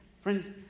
Friends